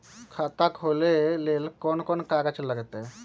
खाता खोले ले कौन कौन कागज लगतै?